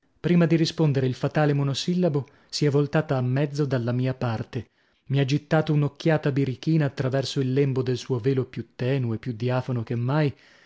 prima di rispondere il fatale monosillabo si è voltata a mezzo dalla parte mia mi ha gittato un'occhiata birichina attraverso il lembo del suo velo più tenue più diafano che mai